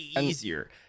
easier